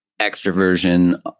extroversion